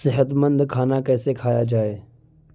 صحت مند کھانا کیسے کھایا جائے